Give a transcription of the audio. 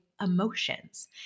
emotions